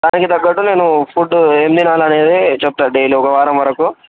దానికి తగ్గట్టు నేను ఫుడ్డు ఏం తినాలి అనేది చెప్తా డైలీ ఒక వారం వరకు